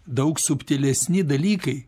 daug subtilesni dalykai